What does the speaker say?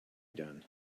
done